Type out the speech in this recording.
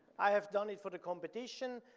i have done it for the competition,